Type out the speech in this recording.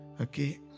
Okay